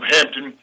Hampton